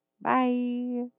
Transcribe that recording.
Bye